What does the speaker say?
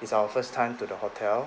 it's our first time to the hotel